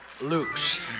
loose